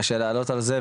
קשה לעלות על זה,